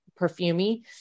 perfumey